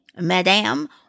madam